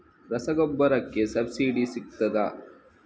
ರಸಗೊಬ್ಬರಕ್ಕೆ ಸಬ್ಸಿಡಿ ಸಿಗ್ತದಾ?